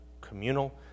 communal